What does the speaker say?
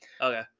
Okay